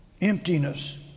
Emptiness